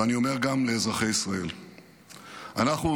ואני אומר גם לאזרחי ישראל,